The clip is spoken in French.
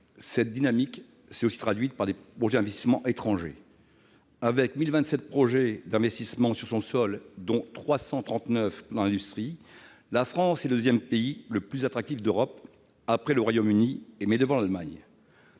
Cette dynamique s'est aussi traduite par des projets d'investissement étrangers. Avec 1 027 projets d'investissement sur son sol, dont 339 dans l'industrie, la France est le deuxième pays le plus attractif d'Europe, après le Royaume-Uni, mais devant l'Allemagne.